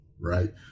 right